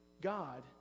God